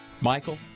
Michael